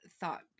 thought